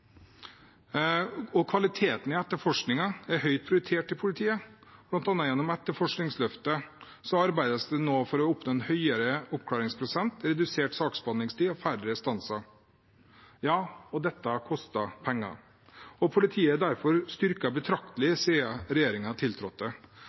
Fræna. Kvaliteten i etterforskningen er høyt prioritert i politiet. Blant annet gjennom etterforskningsløftet arbeides det nå for å oppnå en høyere oppklaringsprosent, redusert saksbehandlingstid og færre restanser. Og dette koster penger. Politiet er derfor styrket betraktelig